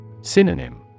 Synonym